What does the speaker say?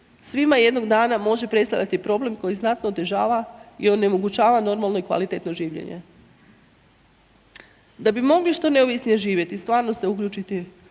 svima jednog dana može predstavljati problem koji znatno otežava i onemogućava normalno i kvalitetno življenje. Da bi mogli što neovisnije živjeti i stvarno se uključiti